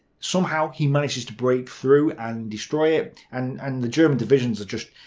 somehow he manages to break through and destroy it. and and the german divisions are just.